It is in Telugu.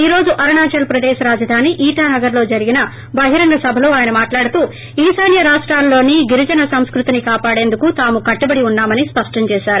ఈ రోజు అరుణాచల్ ప్రదేశ్ రాజధాని ఈటానగర్లో జరిగిన బహిరంగ సభలో అయన మాట్లాడుతూ ఈశాన్య రాష్టాల్లోని గిరిజన సంస్కృతిని కాపాడేందుకు తాము కట్టుబడి ఉన్నా మని స్పష్టం చేసారు